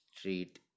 treat